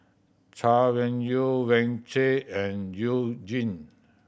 Chay Weng Yew and You Jin